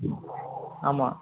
ஆமாம்